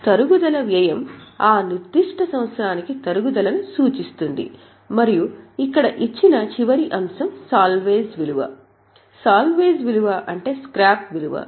తరుగుదల వ్యయం ఆ నిర్దిష్ట సంవత్సరానికి తరుగుదలని సూచిస్తుంది మరియు ఇక్కడ ఇచ్చిన చివరి అంశం సాల్వేజ్ విలువ సాల్వేజ్ విలువ అంటే స్క్రాప్ విలువ